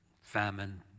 famine